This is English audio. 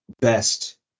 best